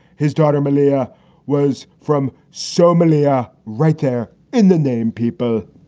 his daughter malia was from somalia right there in the name people.